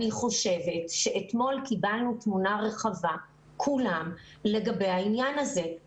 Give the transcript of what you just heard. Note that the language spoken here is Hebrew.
אני חושבת שאתמול כולנו קיבלנו תמונה רחבה לגבי העניין הזה.